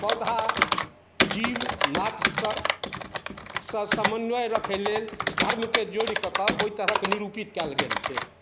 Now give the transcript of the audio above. पौधा जीव मात्रसँ सँ समन्वय रखै लेल धर्मके जोड़िके ओहि तरहके निरूपित कएल गेल छै